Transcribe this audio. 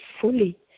fully